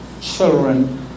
children